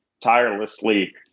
tirelessly